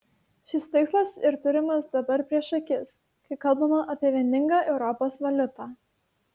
šis tikslas ir turimas dabar prieš akis kai kalbama apie vieningą europos valiutą